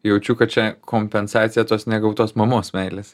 jaučiu kad čia kompensacija tos negautos mamos meilės